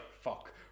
Fuck